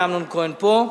הנה אמנון כהן פה.